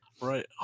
Right